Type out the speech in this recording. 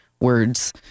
words